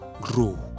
grow